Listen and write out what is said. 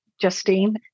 Justine